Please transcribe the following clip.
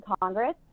Congress